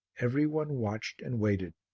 every one watched and waited.